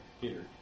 Peter